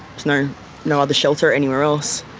no no other shelter anywhere else.